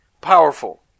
powerful